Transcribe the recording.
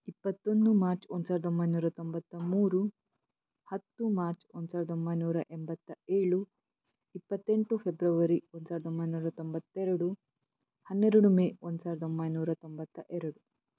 ಇಪ್ಪತ್ತೊಂದು ಮಾರ್ಚ್ ಒಂದು ಸಾವಿರದ ಒಂಬೈನೂರ ತೊಂಬತ್ತ ಮೂರು ಹತ್ತು ಮಾರ್ಚ್ ಒಂದು ಸಾವಿರದ ಒಂಬೈನೂರ ಎಂಬತ್ತ ಏಳು ಇಪ್ಪತ್ತೆಂಟು ಫೆಬ್ರವರಿ ಒಂದು ಸಾವಿರದ ಒಂಬೈನೂರ ತೊಂಬತ್ತೆರಡು ಹನ್ನೆರಡು ಮೇ ಒಂದು ಸಾವಿರದ ಒಂಬೈನೂರ ತೊಂಬತ್ತ ಎರಡು